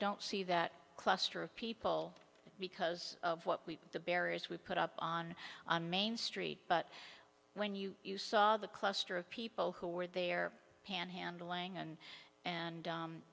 don't see that cluster of people because of what we the barriers we put up on on main street but when you you saw the cluster of people who were there panhandling and and